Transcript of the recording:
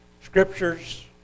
scriptures